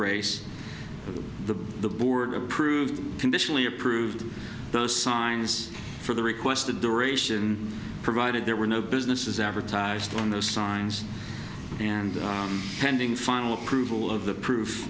race the board approved conditionally approved those signs for the requested duration provided there were no business is advertised on those signs and pending final approval of the